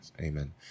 Amen